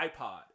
iPod